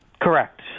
Correct